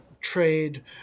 trade